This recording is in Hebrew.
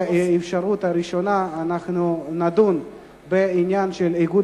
אנחנו נדון בהזדמנות הראשונה בעניין של איגוד